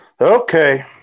Okay